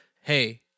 hey